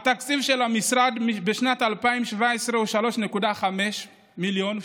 התקציב של המשרד בשנת 2017 הוא 3.5 מיליון,